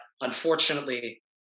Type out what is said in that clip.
unfortunately